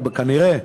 כנראה,